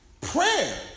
Prayer